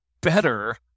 better